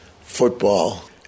football